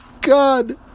god